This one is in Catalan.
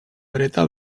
dreta